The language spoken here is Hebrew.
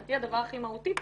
מבחינתי הדבר הכי מהותי פה,